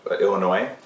Illinois